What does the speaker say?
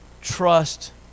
trust